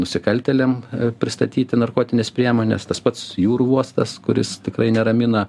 nusikaltėliam pristatyti narkotines priemones tas pats jūrų uostas kuris tikrai neramina